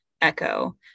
echo